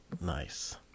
Nice